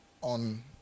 on